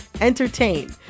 entertain